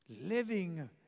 Living